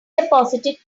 deposited